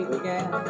again